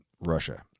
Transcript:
russia